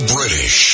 British